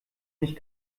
nicht